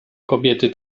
kobiety